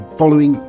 following